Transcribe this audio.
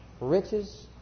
riches